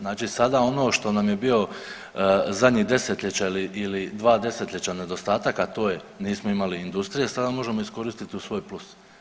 Znači sada ono što nam je bio zadnjih desetljeća ili dva desetljeća nedostataka, a to je nismo imali industrije, sada ju možemo iskoristiti u svoj plus.